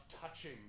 touching